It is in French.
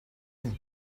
vous